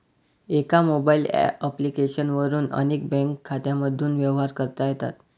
एका mobile application वरून अनेक बँक खात्यांमधून व्यवहार करता येतात